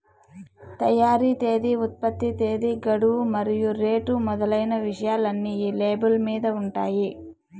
తయారీ తేదీ ఉత్పత్తి తేదీ గడువు మరియు రేటు మొదలైన విషయాలన్నీ ఈ లేబుల్ మీద ఉంటాయి